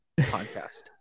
podcast